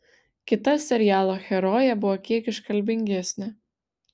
kita serialo herojė buvo kiek iškalbingesnė